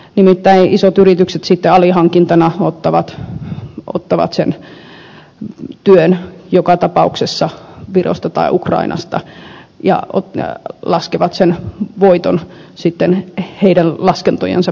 nimittäin isot yritykset ottavat sitten joka tapauksessa sen työn alihankintana virosta tai ukrainasta ja laskevat sitten sen voiton heidän laskentojensa perusteella